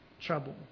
trouble